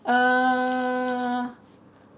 uh